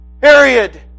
Period